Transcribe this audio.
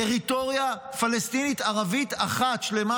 טריטוריה פלסטינית ערבית אחת שלמה,